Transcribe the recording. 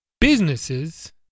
Businesses